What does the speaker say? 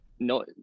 no